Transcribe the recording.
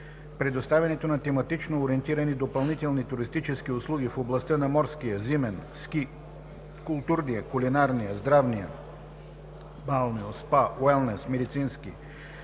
предоставянето на тематично ориентирани допълнителни туристически услуги в областта на морския, зимен (ски), културния, кулинарния, здравния (балнео, СПА, уелнес, медицински),